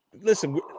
listen